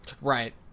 Right